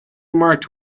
marked